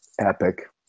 Epic